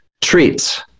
treats